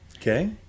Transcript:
Okay